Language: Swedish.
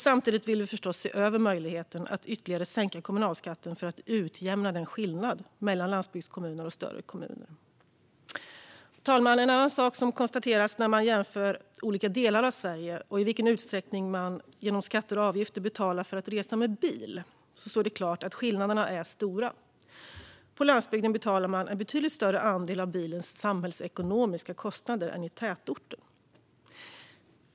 Samtidigt vill vi se över möjligheten att ytterligare sänka kommunalskatten för att utjämna den skillnad som finns mellan landsbygdskommuner och större kommuner. Fru talman! Vid en jämförelse av olika delar av Sverige och i vilken utsträckning som man genom skatter och avgifter betalar för att resa med bil står det klart att skillnaderna är stora. På landsbygden betalar man en betydligt större andel av bilens samhällsekonomiska kostnader än i tätorter.